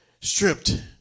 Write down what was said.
stripped